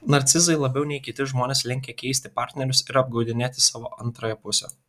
narcizai labiau nei kiti žmonės linkę keisti partnerius ir apgaudinėti savo antrąją pusę